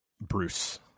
Bruce